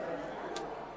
אני פה.